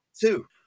Two